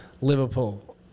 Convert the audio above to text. liverpool